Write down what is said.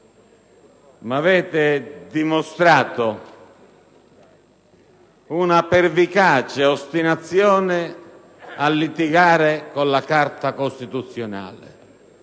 giustizia, dimostrando però una pervicace ostinazione a litigare con la Carta costituzionale.